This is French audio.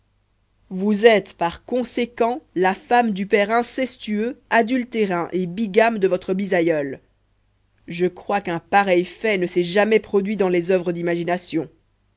vous êtes par conséquent la femme du père incestueux adultérin et bigame de votre bisaïeul je crois qu'un pareil fait ne s'est jamais produit dans les oeuvres d'imagination